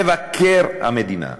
מבקר המדינה,